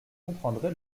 comprendrez